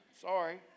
Sorry